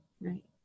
Right